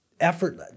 effort